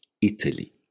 italy